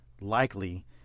likely